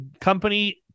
company